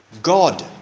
God